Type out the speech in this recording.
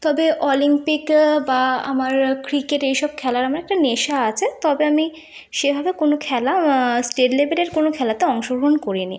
তবে অলিম্পিক বা আমার ক্রিকেট এই সব খেলায় আমার একটা নেশা আছে তবে আমি সেভাবে কোনো খেলা স্টেট লেভেলের কোনো খেলাতে অংশগ্রহণ করিনি